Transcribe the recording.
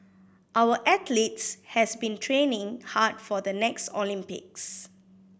our athletes has been training hard for the next Olympics